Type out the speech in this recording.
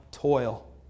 Toil